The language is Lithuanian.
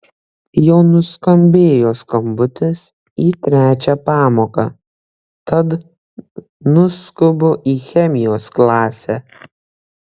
jau nuskambėjo skambutis į trečią pamoką tad nuskubu į chemijos klasę